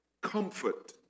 Comfort